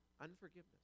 Unforgiveness